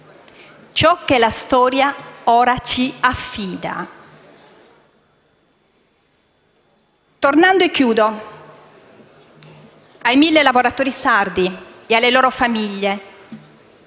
ciò che la storia ora ci affida. Concludendo, e tornando ai mille lavoratori sardi e alle loro famiglie,